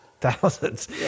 thousands